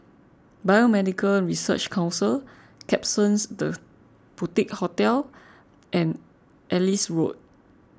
Biomedical Research Council Klapsons the Boutique Hotel and Ellis Road